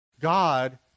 God